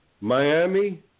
Miami